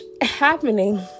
happening